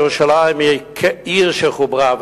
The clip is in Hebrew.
ירושלים היא כעיר שחוברה,